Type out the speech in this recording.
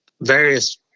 various